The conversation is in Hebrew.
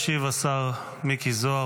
ישיב השר מיקי זוהר,